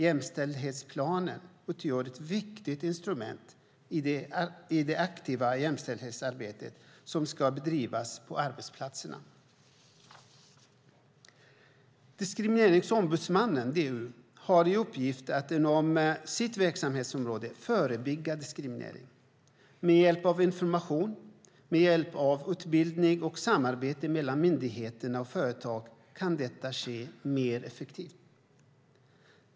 Jämställdhetsplaner utgör ett viktigt instrument i det aktiva jämställdhetsarbete som ska bedrivas på arbetsplatserna. Diskrimineringsombudsmannen, DO, har i uppgift att inom sitt verksamhetsområde förebygga diskriminering. Med hjälp av information, utbildning och samarbete mellan myndigheter och företag kan detta ske mer effektivt.